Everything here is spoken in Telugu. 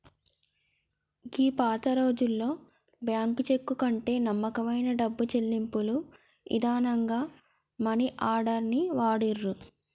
గీ పాతరోజుల్లో బ్యాంకు చెక్కు కంటే నమ్మకమైన డబ్బు చెల్లింపుల ఇదానంగా మనీ ఆర్డర్ ని వాడిర్రు